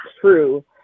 true